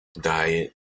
diet